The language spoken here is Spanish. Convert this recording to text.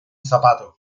zapato